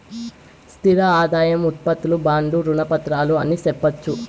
స్థిర ఆదాయం ఉత్పత్తులు బాండ్లు రుణ పత్రాలు అని సెప్పొచ్చు